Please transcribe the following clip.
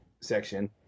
section